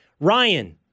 Ryan